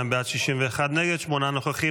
42 בעד, 61 נגד, שמונה נוכחים.